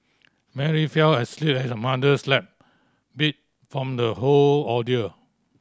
Mary fell asleep at her mother's lap beat from the whole ordeal